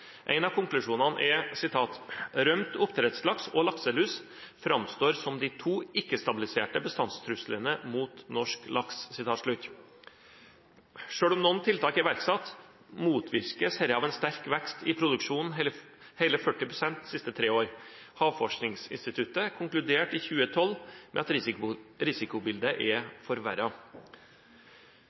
En av konklusjonene er: «Rømt oppdrettslaks og lakselus framstår som klart ikke-stabiliserte bestandstrusler» mot norsk laks. Selv om noen tiltak er iverksatt, motvirkes dette av en sterk vekst i produksjonen – hele 40 pst. de siste tre år. Havforskningsinstituttet konkluderte i 2012 med at risikobildet er